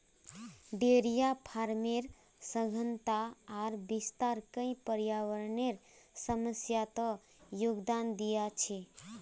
dairy फार्मेर सघनता आर विस्तार कई पर्यावरनेर समस्यात योगदान दिया छे